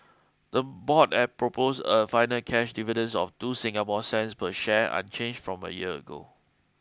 the board had proposed a final cash dividends of two Singapore cents per share unchanged from a year ago